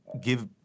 give